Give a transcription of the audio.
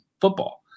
football